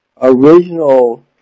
original